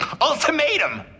Ultimatum